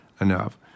enough